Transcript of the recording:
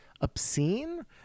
obscene